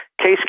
Case